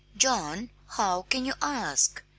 john! how can you ask?